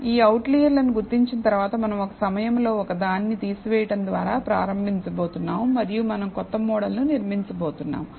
ఈ అవుట్లైయర్లను గుర్తించిన తరువాత మనం ఒక సమయంలో ఒకదాన్ని తీసివేయడం ద్వారా ప్రారంభించబోతున్నాము మరియు మనం క్రొత్త మోడల్ను నిర్మించబోతున్నాము